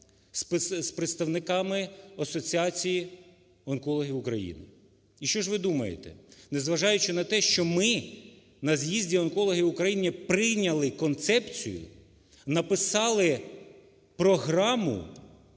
з представниками асоціації онкологів України. І що ж ви думаєте? Не зважаючи на те, що ми на з'їзді онкологів України прийняли концепцію, написали програму